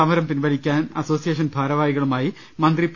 സമരം പിൻവലിക്കാൻ അസോസിയേഷൻ ഭാരവാ ഹികളുമായു മന്ത്രി പി